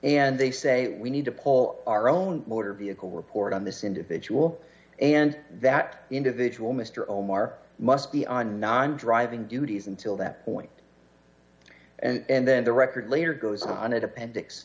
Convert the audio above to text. and they say we need to call our own motor vehicle report on this individual and that individual mr omar must be on not i'm driving duties until that point and then the record later goes on at appendix